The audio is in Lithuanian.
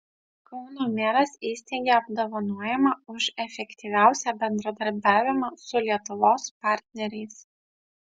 kauno meras įsteigė apdovanojimą už efektyviausią bendradarbiavimą su lietuvos partneriais